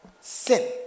Sin